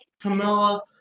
Camilla